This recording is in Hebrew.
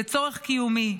היא צורך קיומי.